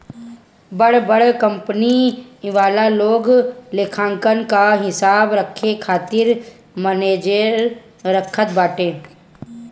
बड़ बड़ कंपनी वाला लोग लेखांकन कअ हिसाब रखे खातिर मनेजर रखत बाटे